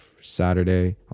saturday